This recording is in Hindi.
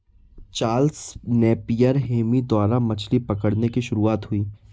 चार्ल्स नेपियर हेमी द्वारा मछली पकड़ने की शुरुआत हुई